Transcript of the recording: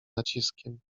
naciskiem